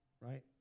right